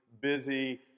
busy